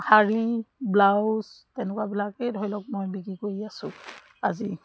শাৰী ব্লাউজ তেনেকুৱাবিলাকেই ধৰি লওক মই বিক্ৰী কৰি আছোঁ আজি